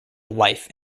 life